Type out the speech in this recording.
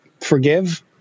forgive